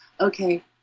Okay